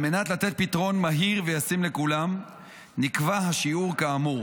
על מנת לתת פתרון מהיר וישים לכולם נקבע השיעור האמור,